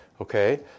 Okay